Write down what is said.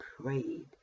prayed